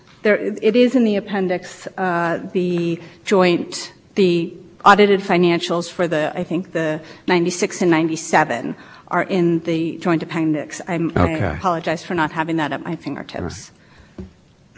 won't be possible to see from that audited financial statement of via christi what the division of the assets from the two hospitals were so to the extent that there is a line item for the net value